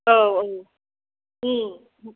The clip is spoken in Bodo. औ